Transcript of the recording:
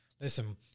Listen